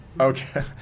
Okay